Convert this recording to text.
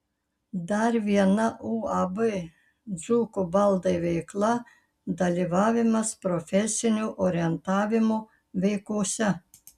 dar viena uab dzūkų baldai veikla dalyvavimas profesinio orientavimo veikose